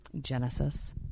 Genesis